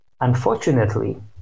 unfortunately